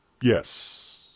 yes